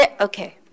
Okay